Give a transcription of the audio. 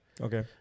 Okay